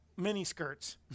miniskirts